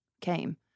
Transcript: came